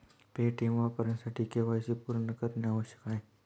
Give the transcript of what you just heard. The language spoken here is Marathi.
पेटीएम वापरण्यासाठी के.वाय.सी पूर्ण करणे आवश्यक आहे